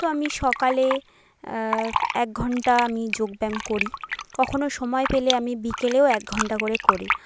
তো আমি সকালে এক ঘন্টা আমি যোগ ব্যায়াম করি কখনো সময় পেলে আমি বিকেলেও এক ঘন্টা করে করি